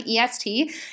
EST